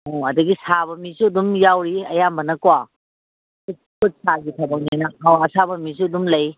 ꯑꯣ ꯑꯗꯒꯤ ꯁꯥꯕ ꯃꯤꯁꯨ ꯑꯗꯨꯝ ꯌꯥꯎꯏ ꯑꯌꯥꯝꯕꯅꯀꯣ ꯈꯨꯠ ꯁꯥꯒꯤ ꯊꯕꯛꯅꯤꯅ ꯑꯁꯥꯕ ꯃꯤꯁꯨ ꯑꯗꯨꯝ ꯂꯩ